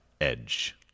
Edge